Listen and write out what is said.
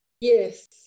Yes